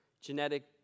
genetic